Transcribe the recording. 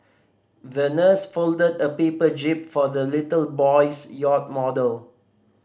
the nurse folded a paper jib for the little boy's yacht model